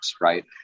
right